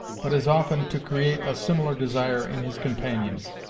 but as often to create a similar desire in his companions.